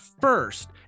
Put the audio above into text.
first